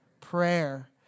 prayer